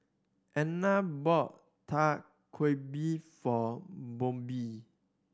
Edna bought Dak Galbi for Bobbi